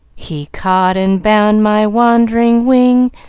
he caught and bound my wandering wing,